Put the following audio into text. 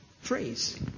phrase